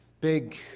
big